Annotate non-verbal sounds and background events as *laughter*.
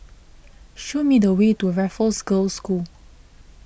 show me the way to Raffles Girls' School *noise*